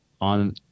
on